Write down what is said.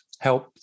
help